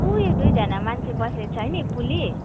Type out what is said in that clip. ऊ यो दुईजना मान्छे बसेको छ नि पुलिस